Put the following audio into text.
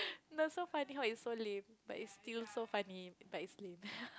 no so funny how is so lame but it still so funny but it's lame